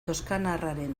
toskanarraren